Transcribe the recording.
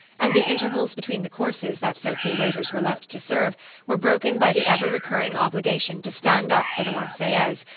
and the intervals between the courses that so few waiters were left to serve were broken by the ever-recurring obligation to stand up for the marseillaise,